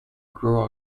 grow